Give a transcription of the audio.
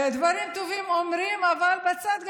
דברים טובים אומרים, אבל בצד.